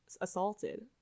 assaulted